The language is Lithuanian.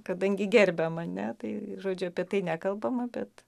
kadangi gerbia mane tai žodžiu apie tai nekalbama bet